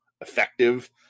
effective